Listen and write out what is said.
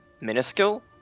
minuscule